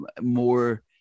more